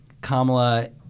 Kamala